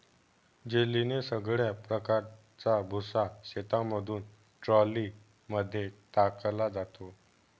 जेलीने सगळ्या प्रकारचा भुसा शेतामधून ट्रॉली मध्ये टाकला जातो